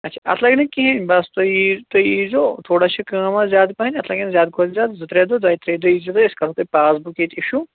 اَتھ چھِ اَتھ لَگہِ نہٕ کِہیٖنۍ بَس تُہۍ یِی ییٖزیٚو تھوڑا چھِ کٲم آز زیادٕ پہنتھ اَتھ لَگن زیادٕ کھوتہٕ زیادٕ زٕ ترٛےٚ دۄہ دۄیہِ ترٛیےٚ دۄہٕے یِیٖزیٚو تُہۍ أسۍ کَرَو تۄہہِ پاس بُک ییٚتہِ اِشوٗ